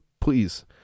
please